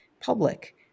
public